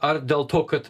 ar dėl to kad